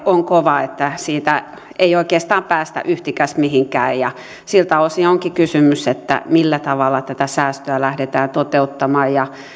on kova siitä ei oikeastaan päästä yhtikäs mihinkään ja siltä osin onkin kysymys että millä tavalla tätä säästöä lähdetään toteuttamaan